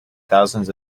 thousands